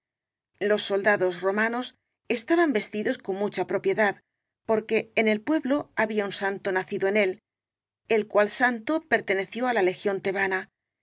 los soldados romanos estaban vestidos con mucha propiedad porque en el pueblo había un santo nacido en él el cual santo perteneció á la legión tebana